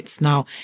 now